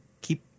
keep